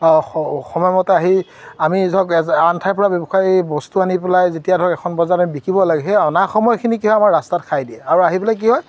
অ' সময়মতে আহি আমি ধৰক এজ আন ঠাইৰ পৰা ব্যৱসায়ী বস্তু আনি পেলাই যেতিয়া ধৰক এখন বজাৰত আমি বিকিব লাগে সেই অনা সময়খিনি কি হয় আমাৰ ৰাস্তাত খাই দিয়ে আৰু আহি পেলাই কি হয়